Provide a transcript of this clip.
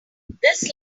this